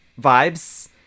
vibes